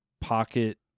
pocket